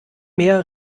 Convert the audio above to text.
mehr